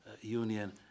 Union